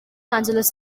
angeles